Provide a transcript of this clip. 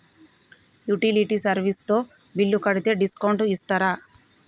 Utility service తో bill కడితే discount ఇస్తరా?